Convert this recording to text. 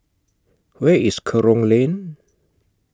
Where IS Kerong Lane